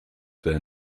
their